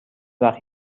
وقت